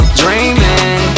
dreaming